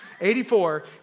84